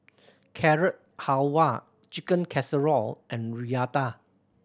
Carrot Halwa Chicken Casserole and Raita